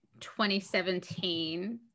2017